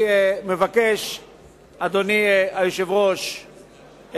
אדוני היושב-ראש,